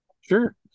Sure